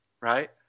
right